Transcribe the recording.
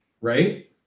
right